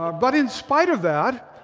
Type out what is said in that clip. but in spite of that,